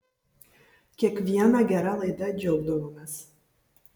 kiekviena gera laida džiaugdavomės